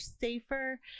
safer